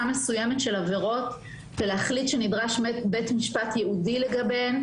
מסוימת של עבירות ולהחליט שנדרש בית משפט ייעודי לגביהן.